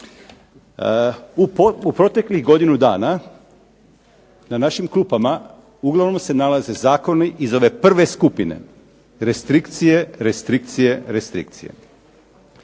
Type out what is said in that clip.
U proteklih godinu dana na našim klupama uglavnom se nalaze zakoni iz ove prve skupine restrikcije, restrikcije, restrikcije.